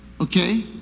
Okay